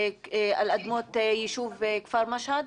על אדמות יישוב כפר משהד?